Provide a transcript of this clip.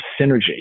synergy